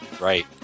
Right